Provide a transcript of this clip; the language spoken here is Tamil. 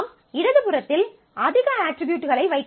நாம் இடது புறத்தில் அதிக அட்ரிபியூட்களை வைக்கலாம்